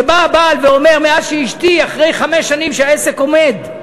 שבא הבעל ואומר: אחרי חמש שנים שהעסק עומד,